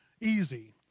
easy